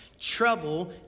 trouble